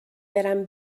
برم